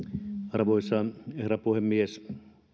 arvoisa herra puhemies